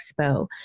expo